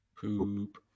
poop